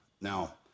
Now